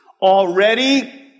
already